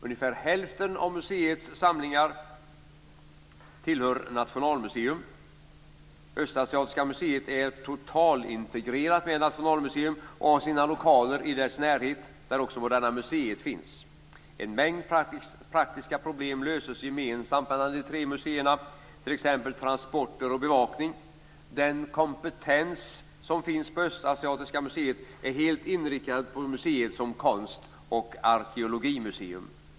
Ungefär hälften av museets samlingar tillhör Nationalmuseum. Östasiatiska museet är totalintegrerat med Nationalmuseum och har sina lokaler i dess närhet, där också Moderna museet finns. En mängd praktiska problem löses gemensamt mellan de tre museerna, t.ex. transporter och bevakning. Den kompetens som finns på Östasiatiska museet är helt inriktad på museet som konst och arkeologimuseum.